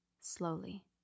slowly